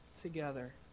together